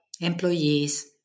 employees